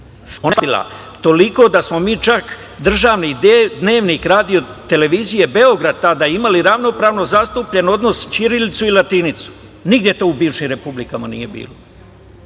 slabila toliko da smo mi čak državni dnevni Radio-televizije Beograd tada imali ravnopravno zastupljen odnos ćirilicu i latinicu. Nigde to u bivšim republikama nije bilo.